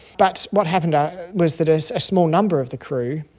but what happened ah was that a so small number of the crew,